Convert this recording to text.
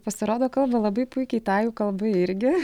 pasirodo kalba labai puikiai tajų kalba irgi